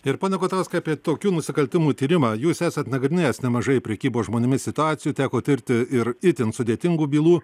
ir pone gutauskai apie tokių nusikaltimų tyrimą jūs esat nagrinėjęs nemažai prekybos žmonėmis situacijų teko tirti ir itin sudėtingų bylų